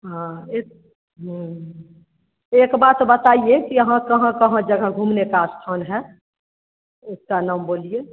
हाँ इस एक बात बताइए कि यहाँ कहाँ कहाँ जगह घूमने का अच्छा स्थान है उसका नाम बोलिए